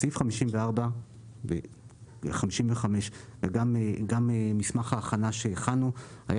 סעיף 54 ו-55 וגם מסמך ההכנה שהכנו היו